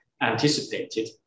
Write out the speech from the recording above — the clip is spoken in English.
anticipated